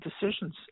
decisions